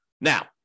Now